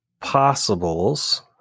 possibles